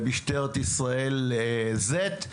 למשטרת ישראל Z,